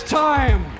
time